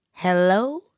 Hello